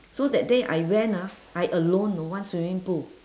so that day I went ah I alone you know one swimming pool